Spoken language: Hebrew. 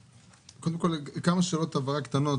קודם כל, כמה שאלות הבהרה קטנות.